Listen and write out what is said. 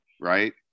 right